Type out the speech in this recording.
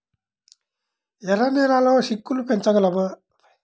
ఎర్ర నెలలో చిక్కుళ్ళు పెంచగలమా?